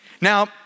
Now